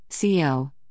CO